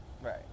Right